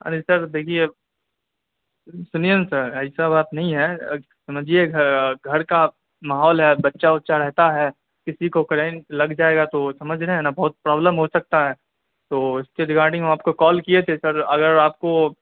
ارے sir دیکھیے سنیے نا سر ایسا بات نہیں ہے سمجھیے گھر کا ماحول ہے بچہ وچہ رہتا ہے کسی کو کرنٹ لگ جائے گا تو سمجھ رہے ہیں نا بہت پرابلم ہو سکتا ہے تو اس کے ریگارڈنگ ہم آپ کو کال کیے تھے سر اگر آپ کو